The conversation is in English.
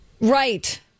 right